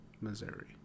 Missouri